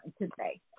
today